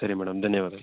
ಸರಿ ಮೇಡಮ್ ಧನ್ಯವಾದ